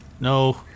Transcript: no